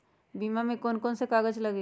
बीमा में कौन कौन से कागज लगी?